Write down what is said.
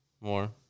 more